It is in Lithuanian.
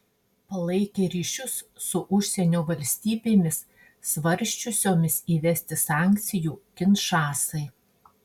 palaikė ryšius su užsienio valstybėmis svarsčiusiomis įvesti sankcijų kinšasai